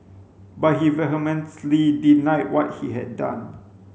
but he vehemently denied what he had done